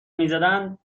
میزدن